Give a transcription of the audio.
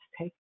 take